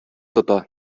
тота